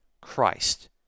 Christ